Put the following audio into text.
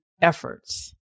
efforts